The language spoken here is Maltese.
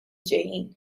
ġejjin